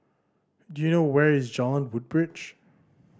do you know where is Jalan Woodbridge